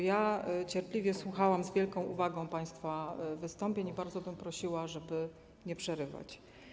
Ja cierpliwie słuchałam z wielką uwagą państwa wystąpień i bardzo bym prosiła, żeby nie przerywać.